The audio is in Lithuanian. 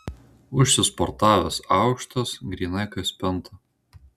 užsisportavęs aukštas grynai kaip spinta